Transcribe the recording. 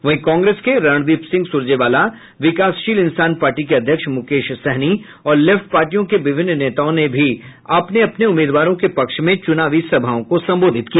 वहीं कांग्रेस के रणदीप सिंह सुरजेवाला विकासशील इंसान पार्टी के अध्यक्ष मुकेश सहनी और लेफ्ट पार्टियों के विभिन्न नेताओं ने भी अपने अपने उम्मीदवारों के पक्ष में चुनावी सभाओं को संबोधित किया